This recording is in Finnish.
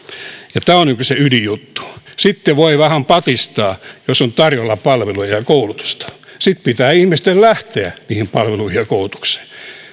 tämä on se ydinjuttu sitten voi vähän patistaa jos on tarjolla palveluja ja koulutusta sitten pitää ihmisten lähteä palveluihin ja koulutukseen